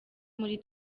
muri